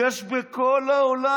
יש בכל העולם.